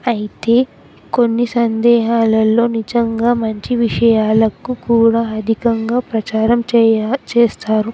అయితే కొన్ని సందర్భాల్లో నిజంగా మంచి విషయాలకు కూడా అధికంగా ప్రచారం చే చేస్తారు